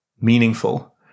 meaningful